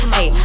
Hey